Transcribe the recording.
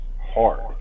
hard